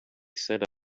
said